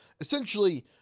essentially